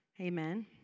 Amen